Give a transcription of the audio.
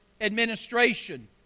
administration